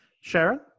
Sharon